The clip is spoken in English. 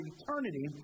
eternity